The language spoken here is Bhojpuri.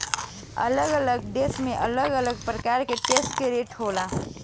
अलग अलग देश में अलग अलग प्रकार के टैक्स के रेट होला